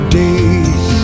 days